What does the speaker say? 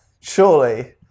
Surely